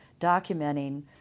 documenting